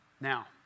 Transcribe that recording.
Now